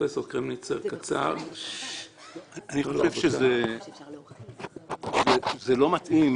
אני חושב שזה לא מתאים